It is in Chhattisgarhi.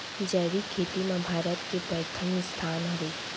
जैविक खेती मा भारत के परथम स्थान हवे